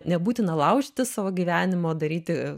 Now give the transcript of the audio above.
nebūtina laužyti savo gyvenimo daryti